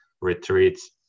retreats